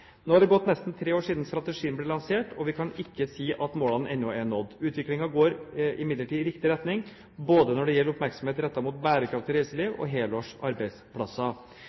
det gått nesten tre år siden strategien ble lansert, og vi kan ikke si at målene ennå er nådd. Utviklingen går imidlertid i riktig retning både når det gjelder oppmerksomhet rettet mot bærekraftig reiseliv og helårs arbeidsplasser.